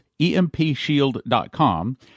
EMPShield.com